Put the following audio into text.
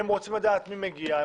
הם רוצים לדעת מי מגיע,